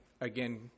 again